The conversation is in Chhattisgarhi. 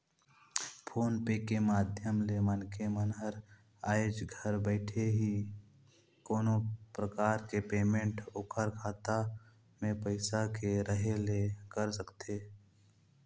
फोन पे के माधियम ले मनखे मन हर आयज घर बइठे ही कोनो परकार के पेमेंट ओखर खाता मे पइसा के रहें ले कर सकथे